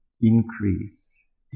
Increase